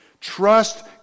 Trust